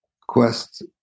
quest